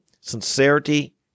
sincerity